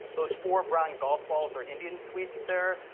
those four brown golf balls are indian sweets there.